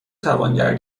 توانگر